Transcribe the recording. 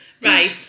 right